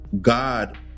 God